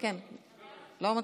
לא מצביע,